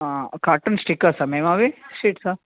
cartoon స్టిక్కర్సా ma'am అవి షీట్సా